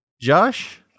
Josh